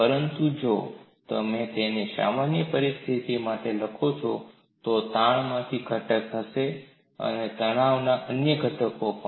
પરંતુ જો તમે તેને સામાન્ય પરિસ્થિતિ માટે લખો છો તો તાણમાંથી ઘટક હશે તણાવના અન્ય ઘટકો પણ